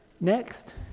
Next